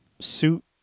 suit